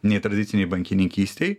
nei tradicinėj bankininkystėj